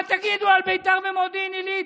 מה תגידו על ביתר ומודיעין עילית,